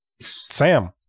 Sam